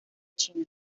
china